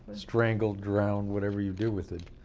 strangled, drowned, whatever you do with it.